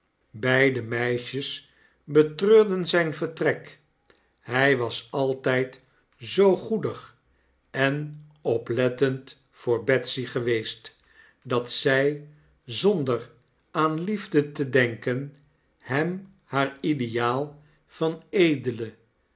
beide meisjes betreurden zijn vertrek hy was altyd zoo goedig en oplettend voor betsy geweest dat zy zonder aan liefde te denken hem haar ideaal van edele